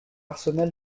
arsenal